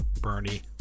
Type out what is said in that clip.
Bernie